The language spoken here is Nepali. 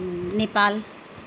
नेपाल